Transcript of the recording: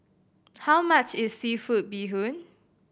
how much is seafood bee hoon